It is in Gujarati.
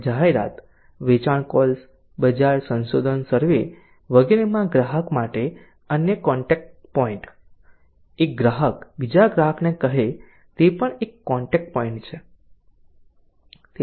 અને જાહેરાત વેચાણ કોલ્સ બજાર સંશોધન સર્વે વગેરેમાં ગ્રાહક માટે અન્ય કોન્ટેક્ટ પોઈન્ટ એક ગ્રાહક બીજા ગ્રાહક ને કહે હ્હે તે પણ એક કોન્ટેક્ટ પોઈન્ટ છે